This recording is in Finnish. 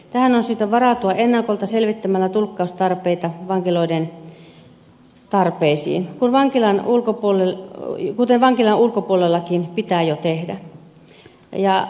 tähän on syytä varautua ennakolta selvittämällä vankiloiden tulkkaustarpeita kuten vankilan ulkopuolellakin pitää jo tehdä